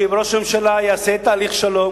שאם ראש הממשלה יעשה תהליך שלום,